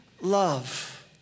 love